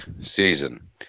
season